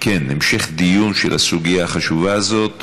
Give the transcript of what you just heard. אם כן, המשך הדיון בסוגיה החשובה הזאת